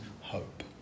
hope